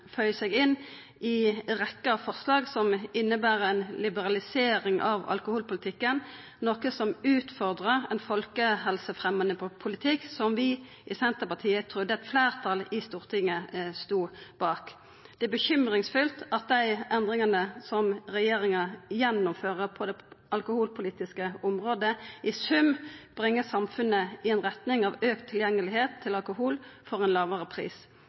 seg inn i rekkja av forslag som inneber ei liberalisering av alkoholpolitikken, noko som utfordrar ein folkehelsefremjande politikk som vi i Senterpartiet trudde eit fleirtal i Stortinget stod bak. Det er bekymringsfullt at endringane regjeringa gjennomfører på det alkoholpolitiske området, i sum bringar samfunnet i ei retning av auka tilgang på alkohol for ein